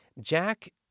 Jack